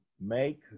make